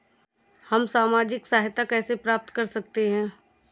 हम सामाजिक सहायता कैसे प्राप्त कर सकते हैं?